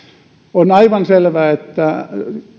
on aivan selvää että